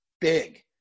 big